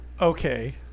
Okay